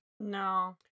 no